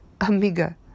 Amiga